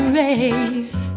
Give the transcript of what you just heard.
race